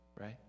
right